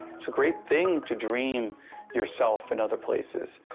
it's a great thing, to dream yourself in other places,